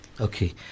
Okay